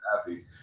athletes